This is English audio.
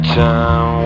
time